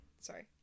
Sorry